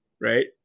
Right